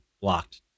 blocked